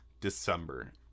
december